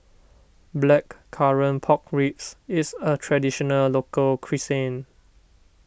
Blackcurrant Pork Ribs is a Traditional Local Cuisine